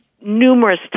numerous